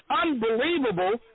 unbelievable